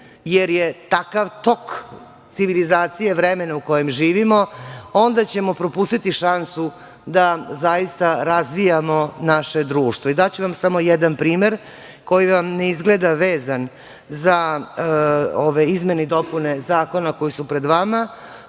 jer je takav tok civilizacije vremena u kojem živimo, onda ćemo propustiti šansu da zaista razvijamo naše društvo. Daću vam samo jedan primer, koji vam ne izgleda vezan za ove izmene i dopune zakona koji su pred vama,